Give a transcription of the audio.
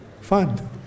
Fun